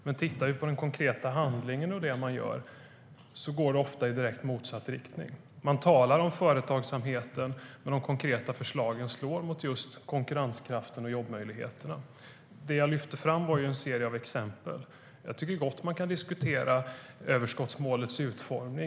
Men tittar vi på vad regeringen gör konkret går det ofta i direkt motsatt riktning. Man talar om företagsamheten, men de konkreta förslagen slår mot just konkurrenskraften och jobbmöjligheterna. Det som jag lyfte fram var en serie exempel. Jag tycker gott att man kan diskutera överskottsmålets utformning.